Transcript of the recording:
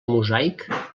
mosaic